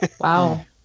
wow